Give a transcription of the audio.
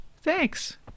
thanks